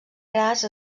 graz